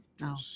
no